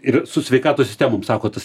ir su sveikatos sistemom sako tas